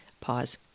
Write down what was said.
Pause